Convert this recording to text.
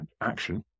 action